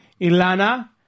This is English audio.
Ilana